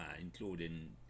including